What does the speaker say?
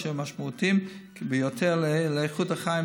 אשר משמעותיים ביותר לאיכות החיים,